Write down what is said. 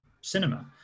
cinema